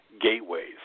gateways